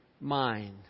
mind